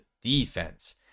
defense